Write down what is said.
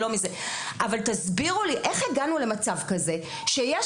אבל תסבירו לי איך הגענו למצב כזה שיש